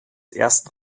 ersten